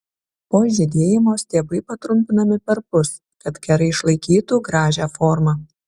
po žydėjimo stiebai patrumpinami perpus kad kerai išlaikytų gražią formą